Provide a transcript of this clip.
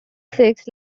six